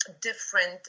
different